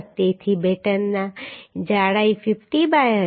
તેથી બેટનની જાડાઈ 50 બાય હશે